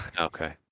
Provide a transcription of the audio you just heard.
Okay